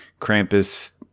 Krampus